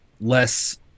Less